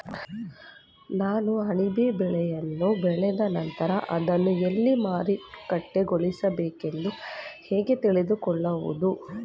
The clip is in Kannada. ನಾನು ಅಣಬೆ ಬೆಳೆಯನ್ನು ಬೆಳೆದ ನಂತರ ಅದನ್ನು ಎಲ್ಲಿ ಮಾರುಕಟ್ಟೆಗೊಳಿಸಬೇಕು ಎಂದು ಹೇಗೆ ತಿಳಿದುಕೊಳ್ಳುವುದು?